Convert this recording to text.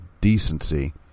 decency